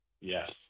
yes